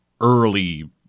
early